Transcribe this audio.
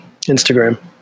Instagram